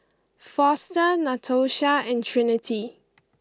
Foster Natosha and Trinity